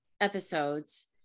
episodes